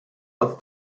als